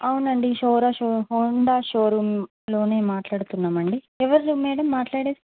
అవునండి షోరాషో హోండా షోరూమ్లోనే మాట్లాడుతున్నామండి ఎవర్రు మేడం మాట్లాడేది